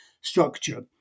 structure